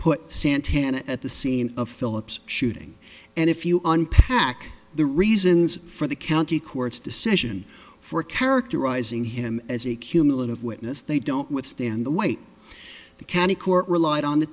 put santana at the scene of philip's shooting and if you unpack the reasons for the county court's decision for characterizing him as a cumulative witness they don't withstand the weight the county court relied on the